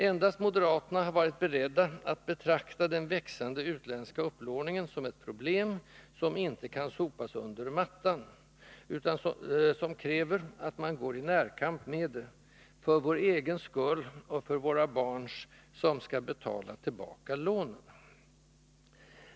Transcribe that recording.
Endast moderaterna har varit beredda att betrakta den växande utländska upplåningen som ett problem, som inte kan sopas under mattan, utan som kräver att man går i närkamp med det, för vår egen skull och för våra barns som skall betala tillbaka lånen.